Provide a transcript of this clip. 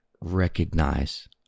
recognize